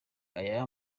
ariya